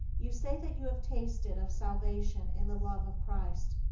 you say that you have tasted of salvation in the love of christ.